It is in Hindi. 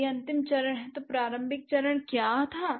यदि यह अंतिम चरण है तो प्रारंभिक चरण क्या था